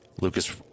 Lucas